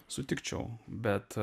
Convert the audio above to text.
sutikčiau bet